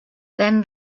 then